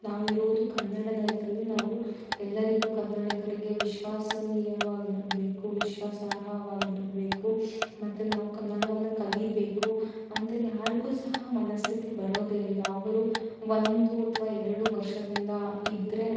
ನಾವು ಇರೋದು ಕನ್ನಡ ನೆಲದಲ್ಲಿ ನಾವು ಎಲ್ಲರಿಗೂ ಕನ್ನಡಿಗರಿಗೆ ವಿಶ್ವಾಸನೀಯವಾಗಿರಬೇಕು ವಿಶ್ವಾಸಾರ್ಹವಾಗಿರಬೇಕು ಮತ್ತೆ ನಾವು ಕನ್ನಡವನ್ನು ಕಲಿಬೇಕು ಅಂತ ಯಾರಿಗೂ ಸಹ ಮನಸ್ಥಿತಿ ಬರೋದೆ ಇಲ್ಲ ಅವರು ಒಂದು ಅಥವಾ ಎರಡು ವರ್ಷದಿಂದ ಇದ್ದರೆ